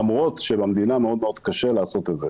למרות שבמדינה מאוד קשה לעשות את זה.